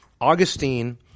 Augustine